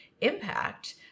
impact